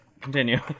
Continue